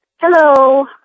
hello